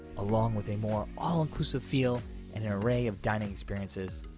along with a more all-inclusive feel and an array of dining experiences,